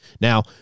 Now